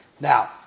Now